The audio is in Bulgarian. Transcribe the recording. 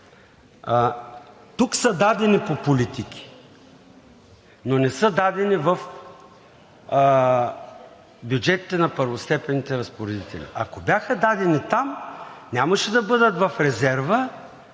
Тук са дадени по политики, но не са дадени в бюджетите на първостепенните разпоредители. Ако бяха дадени там, нямаше да бъдат в резерва